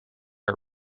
are